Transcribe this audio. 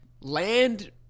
land